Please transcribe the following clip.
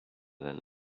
than